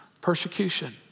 persecution